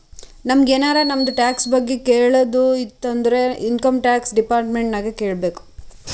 ನಮುಗ್ ಎನಾರೇ ನಮ್ದು ಟ್ಯಾಕ್ಸ್ ಬಗ್ಗೆ ಕೇಳದ್ ಇತ್ತು ಅಂದುರ್ ಇನ್ಕಮ್ ಟ್ಯಾಕ್ಸ್ ಡಿಪಾರ್ಟ್ಮೆಂಟ್ ನಾಗೆ ಕೇಳ್ಬೇಕ್